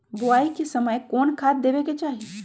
बोआई के समय कौन खाद देवे के चाही?